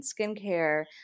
skincare